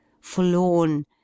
Forlorn